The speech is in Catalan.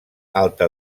alta